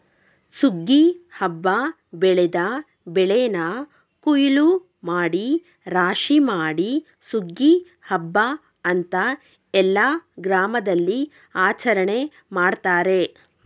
ಸುಗ್ಗಿ ಹಬ್ಬ ಬೆಳೆದ ಬೆಳೆನ ಕುಯ್ಲೂಮಾಡಿ ರಾಶಿಮಾಡಿ ಸುಗ್ಗಿ ಹಬ್ಬ ಅಂತ ಎಲ್ಲ ಗ್ರಾಮದಲ್ಲಿಆಚರಣೆ ಮಾಡ್ತಾರೆ